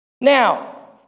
Now